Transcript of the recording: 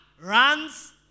runs